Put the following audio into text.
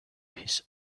his